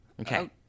Okay